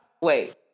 Wait